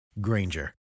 Granger